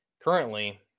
currently